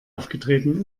aufgetreten